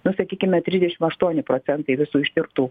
nu sakykime trisdešim aštuoni procentai visų ištirtų